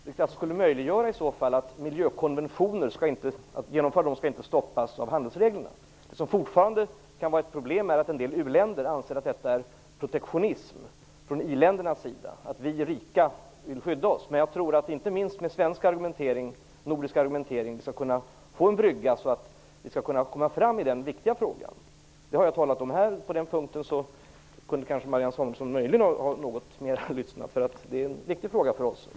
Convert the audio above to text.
Det skulle kunna möjliggöra att genomförandet av miljökonventioner inte skall stoppas av handelsregler. Det som fortfarande kan vara ett problem är att en del u-länder anser att detta är protektionism från i-ländernas sida, att vi rika vill skydda oss. Jag tror dock att vi, inte minst genom svensk och nordisk argumentering, skall kunna få en brygga så att vi kan komma fram i denna viktiga fråga. Det har jag talat om här. På den punkten kunde Marianne Samuelsson möjligen ha lyssnat något mer. Det är en viktig fråga för oss.